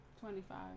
Twenty-five